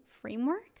framework